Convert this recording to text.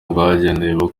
bwagenewe